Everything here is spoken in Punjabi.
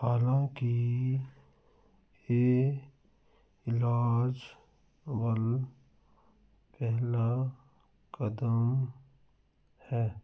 ਹਾਲਾਂਕਿ ਇਹ ਇਲਾਜ ਵੱਲ ਪਹਿਲਾ ਕਦਮ ਹੈ